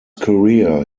career